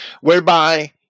whereby